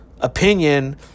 opinion